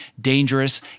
dangerous